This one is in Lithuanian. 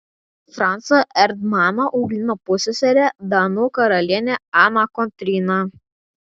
francą erdmaną augino pusseserė danų karalienė ana kotryna